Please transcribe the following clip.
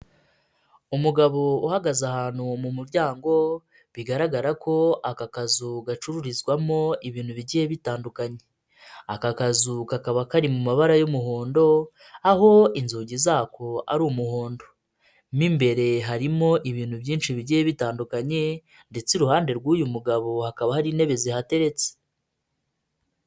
Umugabo uhagaze ahantu mu muryango bigaragara ko aka kazu gacururizwamo ibintu bigiye bitandukanye, aka kazu kakaba kari mu mabara y'umuhondo aho inzugi zako ari umuhondo, mo imbere harimo ibintu byinshi bigiye bitandukanye ndetse iruhande rw'uyu mugabo hakaba hari intebe zihateretse.